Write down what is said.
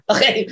Okay